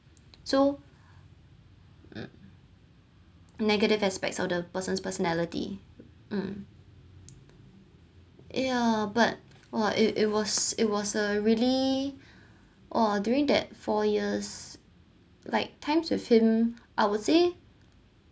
so um negative aspects of the person's personality um yeah but !wah! it it was it was a really !whoa! during that four years like times with him I would say